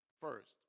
First